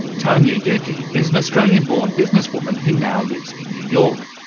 tania yuki is an australian-born businesswoman who now lives in new york.